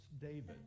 David